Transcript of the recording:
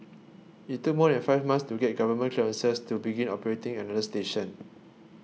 it took more than five months to get government clearances to begin operating another station